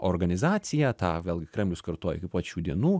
organizacija tą vėlgi kremlius kartoja iki pat šių dienų